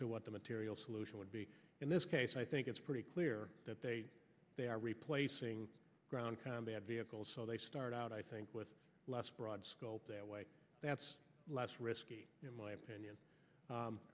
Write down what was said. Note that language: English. to what the material solution would be in this case i think pretty clear that they are replacing ground combat vehicles so they start out i think with less broad scope that way that's less risky in my opinion